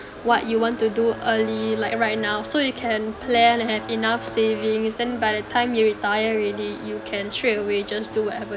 what you want to do early like right now so you can plan and have enough savings then by the time you retire already you can straight away just do whatever